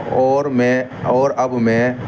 اور میں اور اب میں